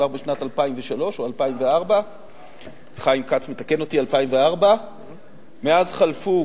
כבר בשנת 2003 או 2004. חיים כץ מתקן אותי שזה 2004. מאז חלפו